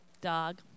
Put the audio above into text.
dog